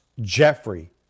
Jeffrey